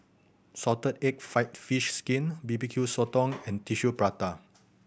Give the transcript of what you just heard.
salted egg fried fish skin B B Q Sotong and Tissue Prata